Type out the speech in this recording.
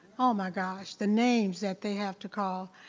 oh my gosh, the names that they have to call.